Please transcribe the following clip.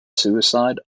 suicide